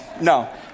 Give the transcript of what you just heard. No